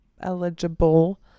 eligible